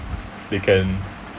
they can